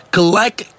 Collect